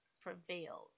prevailed